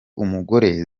umugore